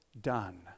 done